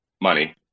Money